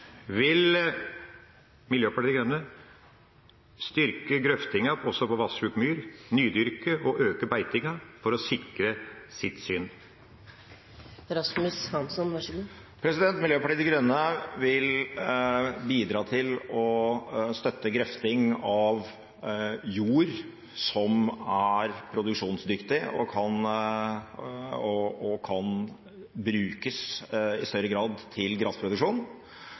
Vil Miljøpartiet De Grønne styrke grøftinga også av vassjuk myr, nydyrke og øke beitinga for å sikre sitt syn? Miljøpartiet De Grønne vil bidra til å støtte grøfting av jord som er produksjonsdyktig, og som i større grad kan brukes